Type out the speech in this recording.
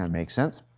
and makes sense.